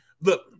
look